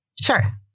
Sure